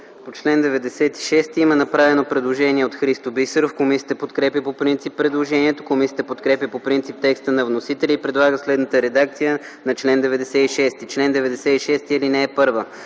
По чл. 96 има направено предложение от Христо Бисеров. Комисията подкрепя по принцип предложението. Комисията подкрепя по принцип текста на вносителя и предлага следната редакция на чл. 96: „Чл. 96. (1) Лицата,